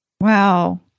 Wow